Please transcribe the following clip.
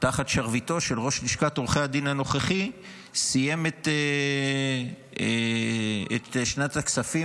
תחת שרביטו של ראש לשכת עורכי הדין הנוכחי סיים את שנת הכספים,